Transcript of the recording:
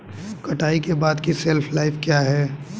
कटाई के बाद की शेल्फ लाइफ क्या है?